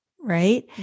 right